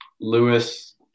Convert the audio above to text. Lewis